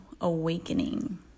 awakening